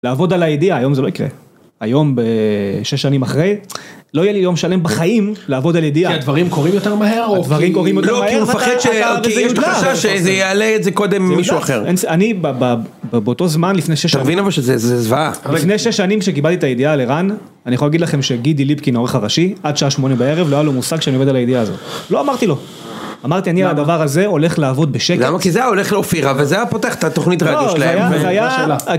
לעבוד על ידיעה היום זה לא יקרה. היום ב6 שנים אחרי, לא יהיה לי יום שלם בחיים לעבוד על ידיעה. כי הדברים קורים יותר מהר? הדברים קורים יותר מהר. כי יש תחושה שיעלה את זה קודם מישהו אחר. אני באותו זמן לפני שש שנים. תבין אבל שזה זוועה, לפני שש שנים כשקיבלי את הידיעה על ערן, אני יכול להגיד לכם שגידי ליפקין העורך הראשי, עד שעה שמונה בערב, לא היה לו מושג שאני עובד על הידיעה הזו. לא אמרתי לו. אמרתי, אני על הדבר הזה הולך לעבוד בשקט. למה? כי זה הולך לאופירה, וזה היה פותח את התוכנית רדיו שלהם. לא, זה היה...